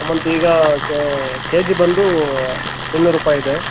ಸೇವಂತಿಗೆ ಈಗ K G ಬಂದೂ ಇನ್ನೂರ್ರುಪಾಯಿ ಇದೆ